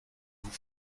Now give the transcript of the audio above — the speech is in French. vous